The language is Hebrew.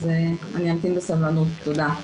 אני אמתין בסבלנות, תודה.